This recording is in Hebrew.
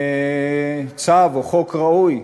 צו או חוק ראוי.